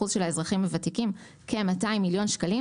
של האזרחים הוותיקים כ-200 מיליון שקלים.